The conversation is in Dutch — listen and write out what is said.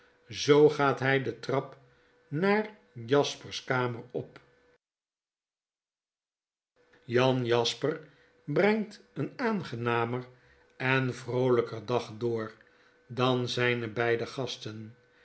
zoo gaat hij de trap naar jasper's kamer op jan jasper brengt een aangenamer en vroolyker dag door dan zyne beide gasten